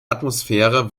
atmosphäre